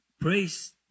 Praise